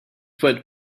put